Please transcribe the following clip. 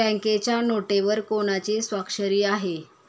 बँकेच्या नोटेवर कोणाची स्वाक्षरी आहे?